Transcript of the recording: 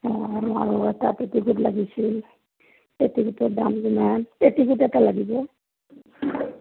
অ' আৰু এটা পেটিকোট লাগিছিল পেটিকোটৰ দাম কিমান পেটিকোট এটা লাগিব